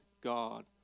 God